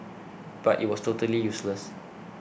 but it was totally useless